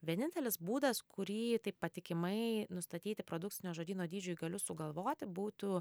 vienintelis būdas kurį taip patikimai nustatyti produkcinio žodyno dydžiui galiu sugalvoti būtų